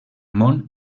món